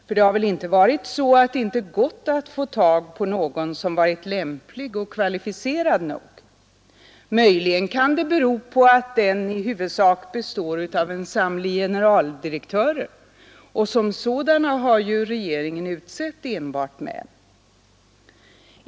För det har väl inte varit så att det inte har gått att få tag på någon som varit lämplig och kvalificerad? Möjligen kan det bero på att den huvudsakligen består av en samling generaldirektörer, och till sådana befattningar har ju regeringen utsett enbart män.